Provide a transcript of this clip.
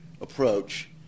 approach